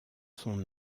son